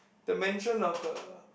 the mention of a